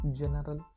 general